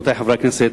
רבותי חברי הכנסת,